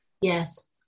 Yes